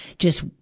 just,